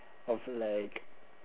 of like